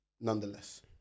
nonetheless